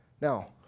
Now